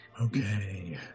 okay